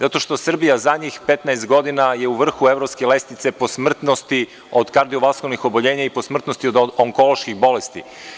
Zato što Srbija zadnjih 15 godina je u vrhu evropske lestvice po smrtnosti od kardiovaskularnih oboljenja i po smrtnosti od onkoloških bolesti.